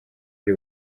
ari